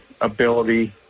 ability